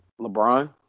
LeBron